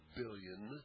billion